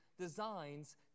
designs